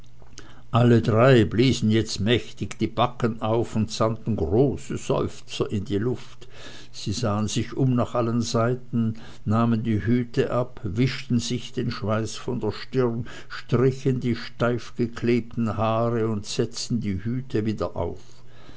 alle drei bliesen jetzt mächtig die backen auf und sandten große seufzer in die luft sie sahen sich um nach allen seiten nahmen die hüte ab wischten sich den schweiß von der stirn strichen die steifgeklebten haare und setzten die hüte wieder auf